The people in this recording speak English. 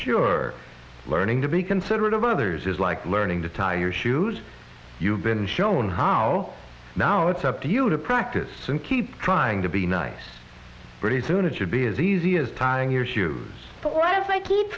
sure learning to be considerate of others is like learning to tie your shoes you've been shown how now it's up to you to practice and keep trying to be nice pretty soon it should be as easy as tying your shoes but